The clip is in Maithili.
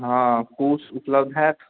हँ कुश उपलब्ध हाएत